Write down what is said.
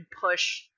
push